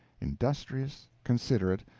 industrious, considerate,